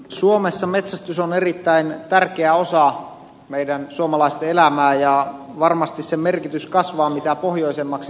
suomessa metsästys on erittäin tärkeä osa meidän suomalaisten elämää ja varmasti sen merkitys kasvaa mitä pohjoisemmaksi suomea mennään